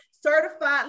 certified